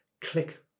click